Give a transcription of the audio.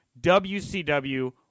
WCW